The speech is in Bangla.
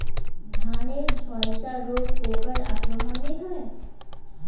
ধানের ঝলসা রোগ পোকার আক্রমণে হয়?